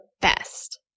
best